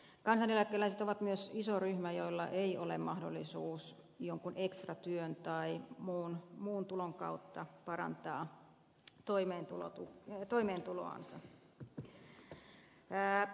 kansaneläkeläiset ovat myös iso ryhmä jolla ei ole mahdollisuutta jonkin ekstratyön tai muun tulon kautta parantaa toimeentuloansa